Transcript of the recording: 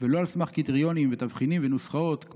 ולא על סמך קריטריונים ותבחינים ונוסחאות,